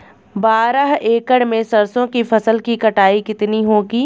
बारह एकड़ में सरसों की फसल की कटाई कितनी होगी?